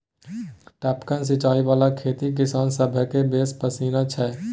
टपकन सिचाई बला खेती किसान सभकेँ बेस पसिन छै